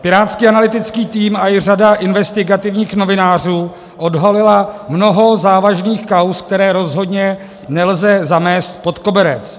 Pirátský analytický tým a i řada investigativních novinářů odhalily mnoho závažných kauz, které rozhodně nelze zamést pod koberec.